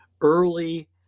early